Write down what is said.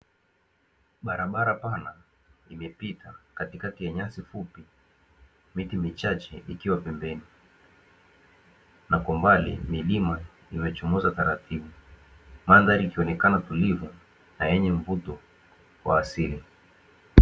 Barabara pana imepita katikati ya nyasi fupi, miti michache ikiwa pembeni. Na kwa mbali milima imechomoza taratibu. Mandhari ikionekana tulivu na yenye mvuto wa asili.